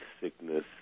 sickness